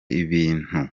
ibintu